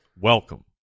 Welcome